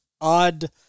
odd